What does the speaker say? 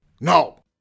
No